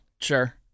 Sure